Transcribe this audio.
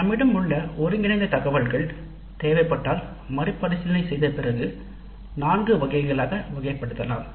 நம்மிடம் உள்ள ஒருங்கிணைந்த தரவுகள் தேவைப்பட்டால் மறுபரிசீலனை செய்த பிறகு நான்கு வகைகளாக வகைப்படுத்தலாம்